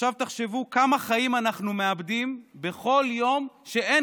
עכשיו תחשבו כמה חיים אנחנו מאבדים בכל יום שאין